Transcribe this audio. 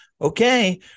okay